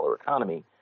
economy